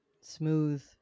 Smooth